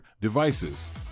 devices